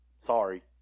Sorry